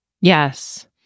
Yes